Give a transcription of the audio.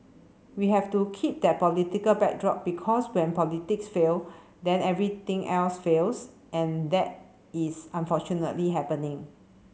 we have to keep that political backdrop because when politics fail then everything else fails and that is unfortunately happening